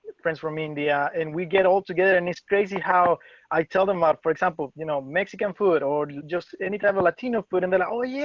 friends from india and we get old to get it and it's crazy how i tell them about, for example, you know, mexican food or just any type of latino food and then at all.